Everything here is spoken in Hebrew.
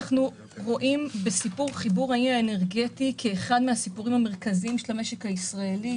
אנחנו רואים בחיבור האי האנרגטי אחד הסיפורים המרכזיים של המשק הישראלי.